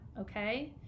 Okay